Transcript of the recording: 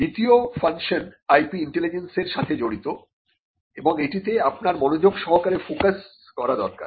দ্বিতীয় function IP ইন্টেলিজেন্সের সাথে জড়িত এবং এটিতে আপনার মনোযোগ সহকারে ফোকাস করা দরকার